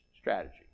strategy